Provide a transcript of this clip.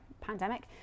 pandemic